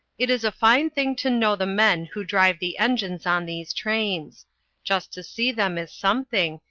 it is a fine thing to know the men who drive the engines on these trains just to see them is something,